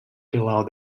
below